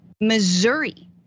Missouri